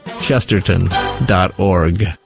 Chesterton.org